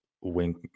Wink